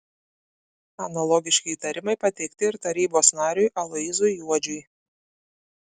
analogiški įtarimai pateikti ir tarybos nariui aloyzui juodžiui